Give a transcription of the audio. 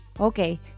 Okay